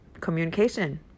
communication